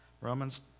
Romans